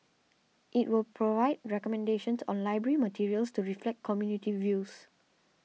it will provide recommendations on library materials to reflect community views